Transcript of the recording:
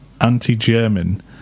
anti-German